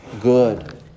Good